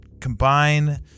combine